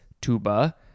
tuba